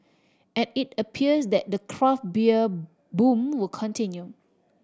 and it appears that the craft beer boom will continue